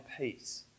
peace